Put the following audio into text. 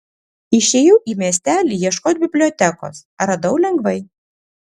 išėjau į miestelį ieškot bibliotekos radau lengvai